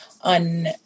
on